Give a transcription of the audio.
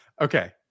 Okay